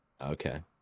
Okay